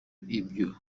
ibyo